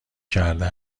کرده